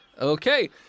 Okay